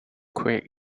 quick